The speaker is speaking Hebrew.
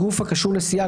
גוף הקשור לסיעה,